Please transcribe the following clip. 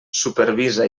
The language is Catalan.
supervisa